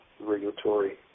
regulatory